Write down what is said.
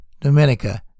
Dominica